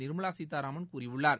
நிர்மலா சீதாராமன் கூறியுள்ளார்